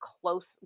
close